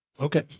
Okay